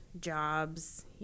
jobs